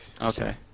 Okay